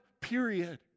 Period